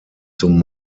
zum